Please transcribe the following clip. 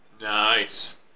Nice